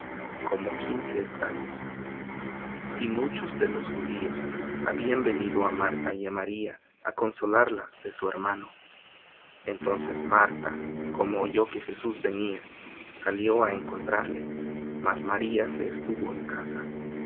como quince estadios y muchos de los judíos habían venido á marta y á maría á consolarlas de su hermano entonces marta como oyó que jesús venía salió á encontrarle mas maría se estuvo en casa